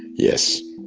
yes.